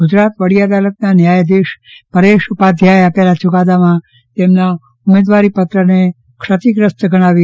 ગુજરાત વડી અદાલતના ન્યાયાધીશ પરેશ ઉપાધ્યાયે આપેલા ચૂકાદામાં તેમના ઉમેદવારીપત્રને ક્ષતીશ્રસ્ત ગણાવી